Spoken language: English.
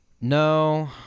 No